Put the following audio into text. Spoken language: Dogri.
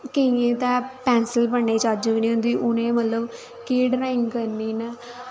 केईयें ते पैन्सल फड़ने दी चज्ज बी निं होंदी उ'ने मतलब केह् ड्राइंग करनी इ'ने